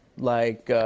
like,